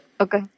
Okay